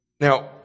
Now